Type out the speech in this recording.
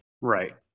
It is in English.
Right